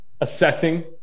assessing